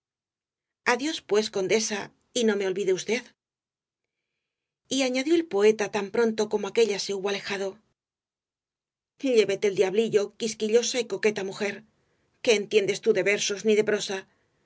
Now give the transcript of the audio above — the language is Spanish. adiós pues condesa y no me olvide usted y añadió el poeta tan pronto como aquélla se hubo alejado llévete el diablo quisquillosa y coqueta mujer qué entiendes tú de versos ni de prosa